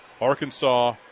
Arkansas